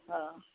ହଁ